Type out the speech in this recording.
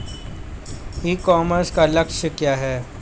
ई commerce का लक्ष्य क्या है?